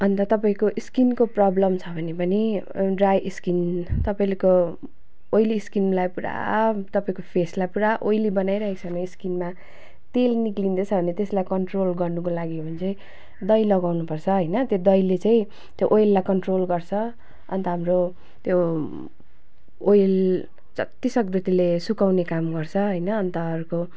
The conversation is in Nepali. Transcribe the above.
अन्त तपाईँको स्किनको प्रब्लम छ भने पनि ड्राई स्किन तपाईँको ओइली स्किनलाई पुरा तपाईँको फेसलाई पुरा ओइली बनाइरहेको छ भने स्किनमा तेल निक्लिँदैछ भने त्यसलाई कन्ट्रोल गर्नुको लागि हो भने चाहिँ दही लगाउनुपर्छ होइन त्यो दहीले चाहिँ त्यो ओयललाई कन्ट्रोल गर्छ अन्त हाम्रो त्यो ओयल जतिसक्दो त्यसले सुकउने काम गर्छ होइन अन्त अर्को